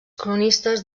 cronistes